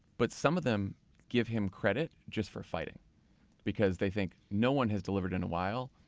but some of them give him credit just for fighting because they think no one has delivered in a while,